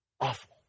Awful